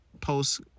post